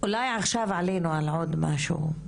אולי עכשיו עלינו על עוד משהו,